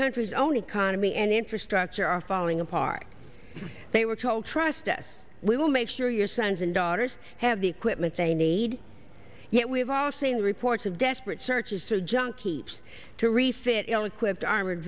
country's own economy and infrastructure are falling apart they were told trust us we will make sure your sons and daughters have the equipment they need yet we have all seen reports of desperate searches for junkies to refit ill equipped armored